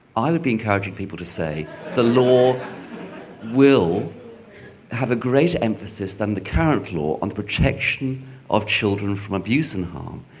either be encouraging people to say the law will have a greater emphasis than the current law on protection of children from abuse and harm,